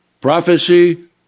Prophecy